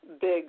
big